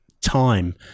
time